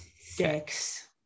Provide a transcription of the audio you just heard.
six